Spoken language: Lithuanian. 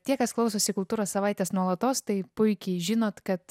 tie kas klausosi kultūros savaitės nuolatos tai puikiai žinot kad